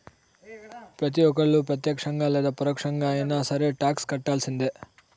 ప్రతి ఒక్కళ్ళు ప్రత్యక్షంగా లేదా పరోక్షంగా అయినా సరే టాక్స్ కట్టాల్సిందే